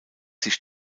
sich